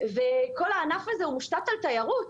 כל הענף הזה מושתת על תיירות.